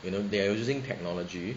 you know they are using technology